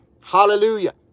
Hallelujah